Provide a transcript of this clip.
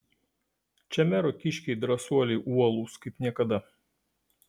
čia mero kiškiai drąsuoliai uolūs kaip niekada